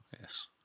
Yes